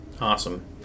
Awesome